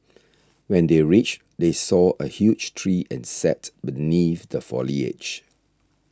when they reached they saw a huge tree and sat beneath the foliage